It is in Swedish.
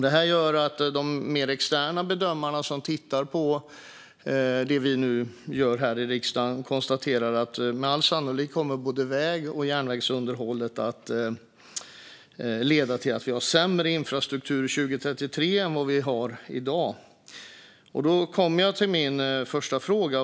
Det gör att de externa bedömare som tittar på det vi nu gör här i riksdagen konstaterar att väg och järnvägsunderhållet med all sannolikhet kommer att leda till att vi har sämre infrastruktur 2033 än vad vi har i dag. Då kommer jag till min första fråga.